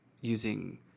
using